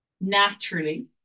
naturally